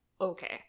okay